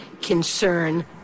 concern